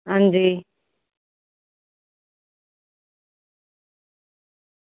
अंजी